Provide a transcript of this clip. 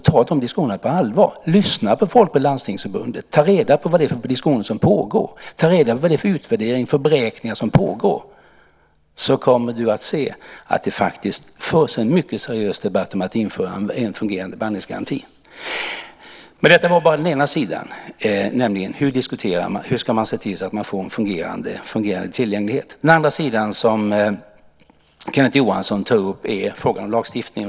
Ta de diskussionerna på allvar! Lyssna på folket hos Landstingsförbundet och ta reda på vad det är för diskussioner som pågår! Ta reda på vad det är för utvärderingar och beräkningar som pågår, och du kommer att se att det faktiskt förs en mycket seriös debatt om att införa en fungerande behandlingsgaranti. Men detta är bara den ena sidan, nämligen hur man ska se till att få en fungerande tillgänglighet. Den andra sidan, som Kenneth Johansson tog upp, är frågan om lagstiftningen.